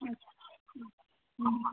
আচ্ছা হুম হুম